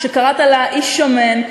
שקראת לה "איש שמן",